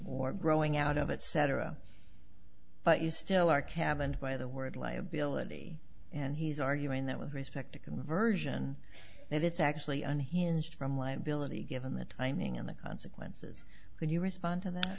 growing out of it cetera but you still are cabin by the word liability and he's arguing that with respect to version that it's actually unhinged from liability given the timing and the consequences when you respond to that